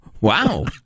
Wow